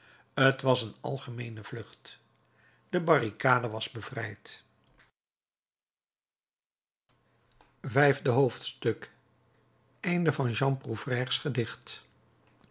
t was een algemeene vlucht de barricade was bevrijd vijfde hoofdstuk einde van jean prouvaires gedicht